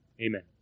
amen